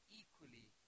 equally